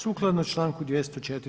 Sukladno članku 204.